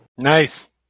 Nice